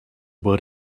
word